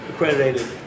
accredited